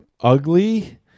Ugly